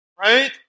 right